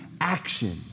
action